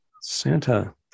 Santa